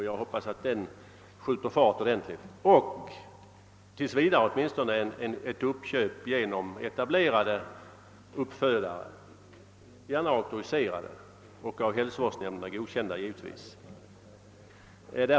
Jag hoppas att den verksamheten kommer att skjuta fart ordentligt och att uppköp av djur åtminstone tills vidare göres från etablerade uppfödare, givetvis godkända av hälsovårdsnämnderna och gärna också auktoriserade.